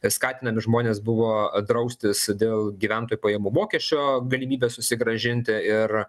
skatinami žmonės buvo draustis dėl gyventojų pajamų mokesčio galimybės susigrąžinti ir